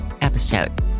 episode